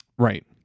Right